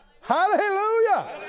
Hallelujah